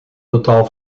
totaal